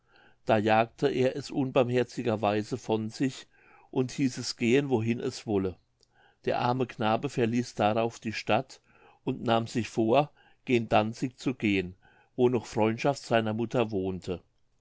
da jagte er es unbarmherziger weise von sich und hieß es gehen wohin es wolle der arme knabe verließ darauf die stadt und nahm sich vor gen danzig zu gehen wo noch freundschaft seiner mutter wohnte